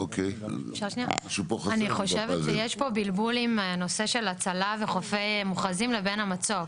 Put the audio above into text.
אני חושבת שיש פה בלבול עם הנושא של הצלה וחופים מוכרזים לבין המצוק.